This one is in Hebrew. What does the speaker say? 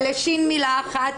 ל-ש' מילה אחת.